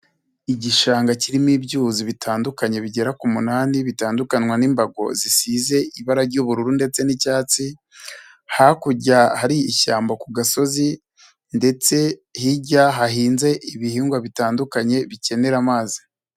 Igishanga kirimo ibyuzi bitandukanye bigera ku munani, bitandukanywa n'imbago zisize ibara ry'ubururu ndetse n'icyatsi. Hakurya hari ishyamba ku gasozi ndetse hirya hahinze ibihingwa bitandukanye bikenera amazi.